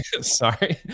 sorry